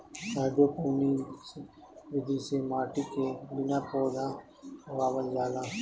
hydroponics विधि में माटी के बिना पौधा उगावल जाला